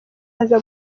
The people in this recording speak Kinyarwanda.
aza